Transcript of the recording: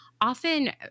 often